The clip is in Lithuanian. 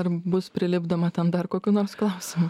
ar bus prilipdoma ten dar kokių nors klausimų